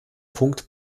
punkt